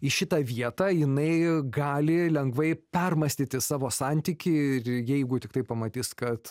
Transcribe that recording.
į šitą vietą jinai gali lengvai permąstyti savo santykį ir jeigu tiktai pamatys kad